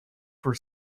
for